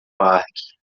parque